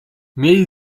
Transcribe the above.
mieli